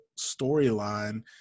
storyline